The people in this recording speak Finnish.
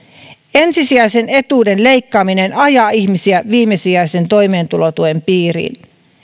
ensisijaisen etuuden leikkaaminen ajaa ihmisiä viimesijaisen toimeentulotuen piiriin